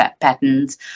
patterns